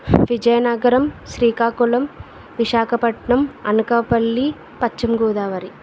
Vizianagaram Srikakulam Visakhapatnam Anakapalli Paschima Godavari